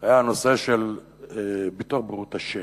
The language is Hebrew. היה נושא ביטוח בריאות השן.